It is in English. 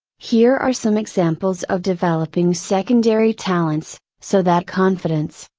here are some examples of developing secondary talents, so that confidence,